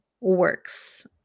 works